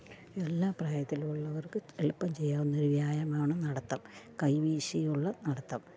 എല്ലാ പ്രായത്തിലുള്ളവര്ക്ക് എളുപ്പം ചെയ്യാവുന്ന ഒരു വ്യായാമമാണ് നടത്തം കൈ വീശിയുള്ള നടത്തം